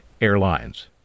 Airlines